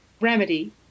remedy